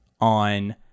on